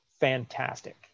fantastic